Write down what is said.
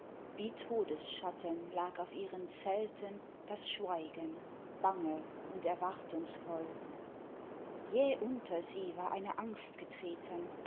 wie todesschatten lag auf ihren zelten das schweigen bange und erwartungsvoll jäh unter sie war eine angst getreten